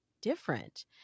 different